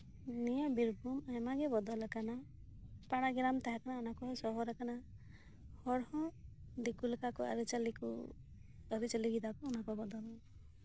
ᱱᱤᱭᱟᱹ ᱵᱤᱨᱵᱷᱩᱢ ᱟᱭᱢᱟᱜᱮ ᱵᱚᱫᱚᱞ ᱟᱠᱟᱱᱟ ᱯᱟᱲᱟᱜᱨᱟᱢ ᱛᱟᱦᱮᱸ ᱠᱟᱱᱟ ᱚᱱᱟᱠᱚᱦᱚ ᱥᱚᱦᱚᱨ ᱟᱠᱟᱱᱟ ᱦᱚᱲ ᱦᱚᱸ ᱫᱤᱠᱩ ᱞᱮᱠᱟᱠᱚ ᱟᱹᱨᱤᱪᱟᱹᱞᱤ ᱠᱚ ᱟᱹᱨᱤᱪᱟᱹᱞᱤ ᱮᱫᱟᱠᱚ ᱚᱱᱟᱠᱚ ᱵᱚᱫᱚᱞᱮᱫᱟ